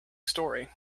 story